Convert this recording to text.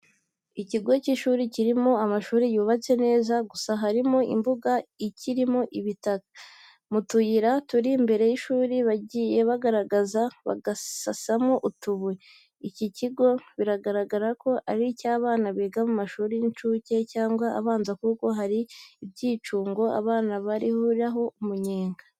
Ikigo cy'ishuri kirimo amashuri yubatse neza gusa harimo imbuga ikirimo ibitaka. Mu tuyira turi imbere y'ishuri bagiye bagerageza bagasasamo utubuye. Iki kigo biragaragara ko ari icy'abana biga mu mashuri y'inshuke cyangwa abanza kuko hari ibyicungo abana bariraho umunyenga.